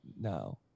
no